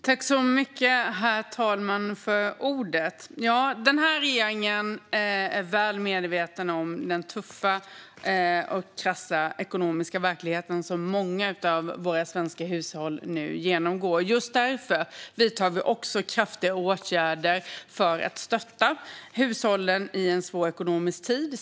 Herr talman! Regeringen är väl medveten om den tuffa och krassa ekonomiska verklighet som många svenska hushåll nu lever i. Just därför vidtar vi kraftiga åtgärder för att stötta hushållen i en svår ekonomisk tid.